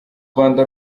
rwanda